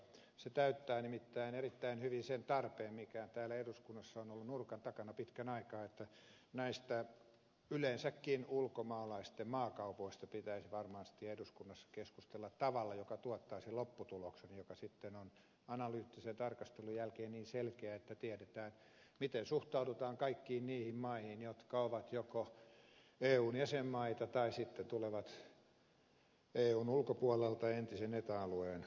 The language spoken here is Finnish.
se täyttää nimittäin erittäin hyvin sen tarpeen mikä täällä eduskunnassa on ollut nurkan takana pitkän aikaa että näistä ulkomaalaisten maakaupoista pitäisi yleensäkin varmasti eduskunnassa keskustella tavalla joka tuottaisi lopputuloksen joka sitten on analyyttisen tarkastelun jälkeen niin selkeä että tiedetään miten suhtaudutaan kaikkiin niihin maihin jotka ovat joko eun jäsenmaita tai sitten ovat eun ulkopuolella entisen eta alueen ulkopuolella